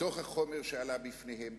מתוך החומר שעלה בפניהם.